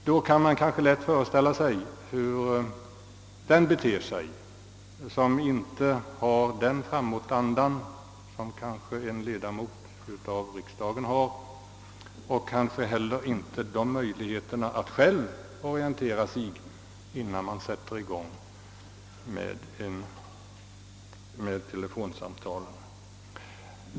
Då kan man lätt föreställa sig hur den beter sig som inte har samma framåtanda som en ledamot av riksdagen får förutsättas ha och kanske inte heller de möjligheter att orientera sig som behövs, innan man över huvud taget kan sätta i gång med att på detta sätt ringa telefonsamtal.